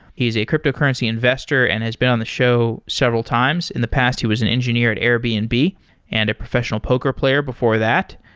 he's a cryptocurrency investor and has been on the show several times. in the past, he was an engineer at airbnb and a professional poker player before that.